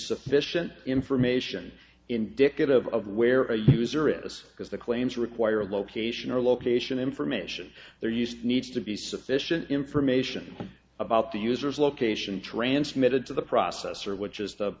sufficient information indicative of where a user is because the claims require location or location information there used needs to be sufficient information about the user's location transmitted to the processor which is